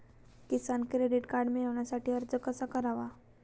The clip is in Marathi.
किसान क्रेडिट कार्ड मिळवण्यासाठी अर्ज कसा करावा?